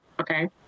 okay